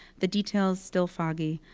the details still foggy.